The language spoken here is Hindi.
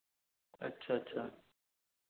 अच्छा अच्छा